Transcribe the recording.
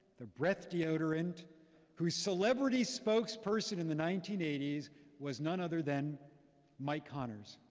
the breath deodorant whose celebrity spokesperson in the nineteen nineteen was none other than mike connors,